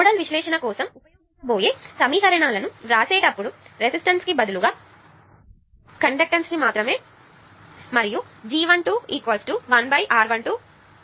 nodal విశ్లేషణ కోసం ఉపయోగించబోయే సమీకరణాలను వ్రాసేటప్పుడు రెసిస్టన్స్ కు బదులుగా కండక్టన్స్ ను మరియు G12 1R12 G 1 1 1 R 1 1